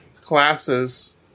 classes